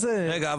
רגע,